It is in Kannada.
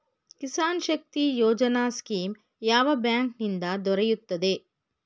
ಕಿಸಾನ್ ಶಕ್ತಿ ಯೋಜನಾ ಸ್ಕೀಮ್ ಯಾವ ಬ್ಯಾಂಕ್ ನಿಂದ ದೊರೆಯುತ್ತದೆ?